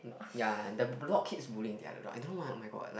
ya and the blog keeps bullying the other dog I don't know why oh-my-god